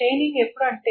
chaining ఎప్పుడు అంటే